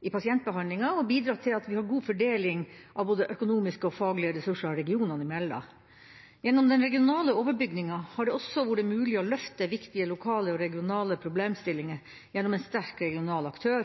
i pasientbehandlinga og bidratt til at vi har god fordeling av både økonomiske og faglige ressurser regionene imellom. Gjennom den regionale overbygningen har det også vært mulig å løfte viktige lokale og regionale problemstillinger gjennom en sterk regional aktør,